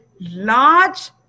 large